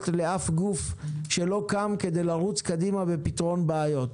לאף גוף שלא קם כדי לרוץ קדימה לפתרון בעיות.